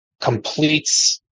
completes